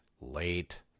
Late